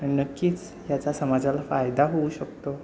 आणि नक्कीच याचा समाजाला फायदा होऊ शकतो